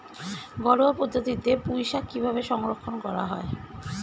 ঘরোয়া পদ্ধতিতে পুই শাক কিভাবে সংরক্ষণ করা হয়?